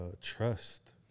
trust